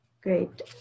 great